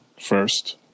first